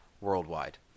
worldwide